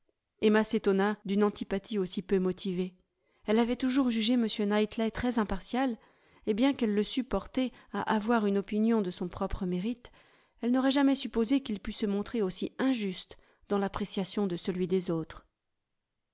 emma s'étonna d'une antipathie aussi peu motivée elle avait toujours jugé m knightley très impartial et bien qu'elle le sût porté à avoir une opinion de son propre mérite elle n'aurait jamais supposé qu'il pût se montrer aussi injuste dans l'appréciation de celui des autres